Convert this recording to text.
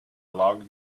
log